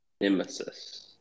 nemesis